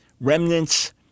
remnants